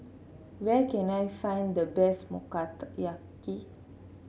where can I find the best